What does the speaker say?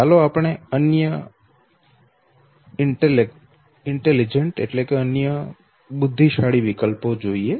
ચાલો આપણે અન્ય બુદ્ધિશાળી વિકલ્પો જોઈએ